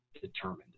determined